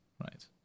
right